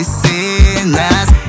sinners